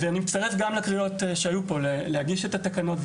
אני מצטרף גם לקריאות שהיו פה להגיש את התקנות,